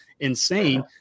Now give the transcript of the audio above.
insane